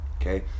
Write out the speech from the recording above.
Okay